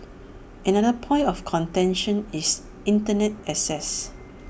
another point of contention is Internet access